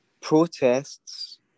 protests